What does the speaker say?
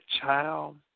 child